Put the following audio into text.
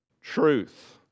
truth